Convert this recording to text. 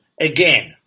Again